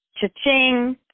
cha-ching